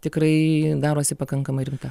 tikrai darosi pakankamai rimta